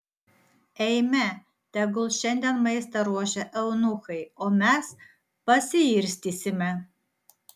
eime tegul šiandien maistą ruošia eunuchai o mes pasiirstysime